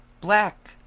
Black